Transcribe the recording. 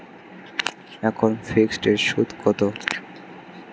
এখন ফিকসড এর সুদ কত?